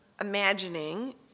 imagining